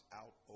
out